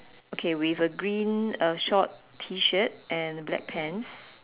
okay with a green uh short T shirt and a black pants